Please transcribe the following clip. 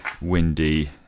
windy